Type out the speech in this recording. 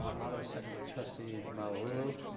otto second by trustee malauulu.